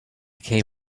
came